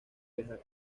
viajar